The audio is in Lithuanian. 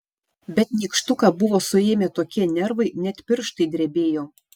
bet nykštuką buvo suėmę tokie nervai net pirštai drebėjo